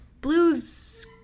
blues